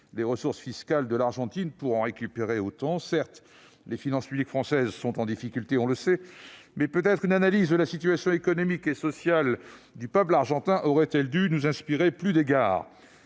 les ressources fiscales argentines pour en récupérer autant. Certes, les finances publiques françaises sont en difficulté, on le sait, mais une analyse de la situation économique et sociale du peuple argentin aurait peut-être dû nous inspirer plus d'égards.